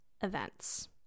events